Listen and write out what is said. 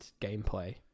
gameplay